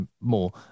more